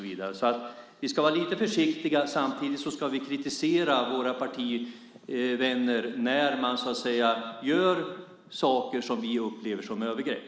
Vi ska vara lite försiktiga. Men vi ska också kritisera våra partivänner när de gör saker som vi upplever som övergrepp.